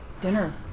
Dinner